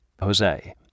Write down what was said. Jose